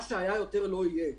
מה שהיה יותר לא יהיה.